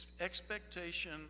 expectation